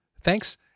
Thanks